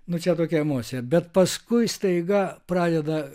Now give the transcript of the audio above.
nu čia tokia emocija bet paskui staiga pradeda